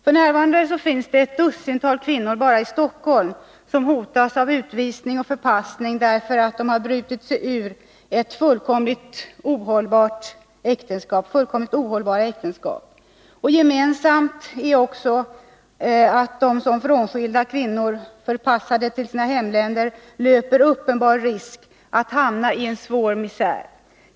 F. n. finns det ett dussintal kvinnor bara i Stockholm som hotas av utvisning och förpassning, därför att de brutit sig ut ur helt ohållbara äktenskap. Kvinnorna har också det gemensamt att de i egenskap av frånskilda kvinnor förpassade till sina hemländer löper uppenbar risk att hamna i en svår misär.